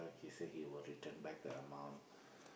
so he say he will return back the amount